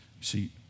See